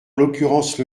l’occurrence